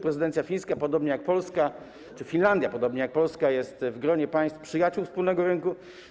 Prezydencja fińska, podobnie jak polska, czy Finlandia, podobnie jak Polska, jest w gronie państw przyjaciół wspólnego rynku.